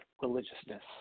religiousness